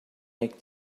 make